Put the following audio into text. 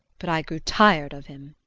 but i grew tired of him.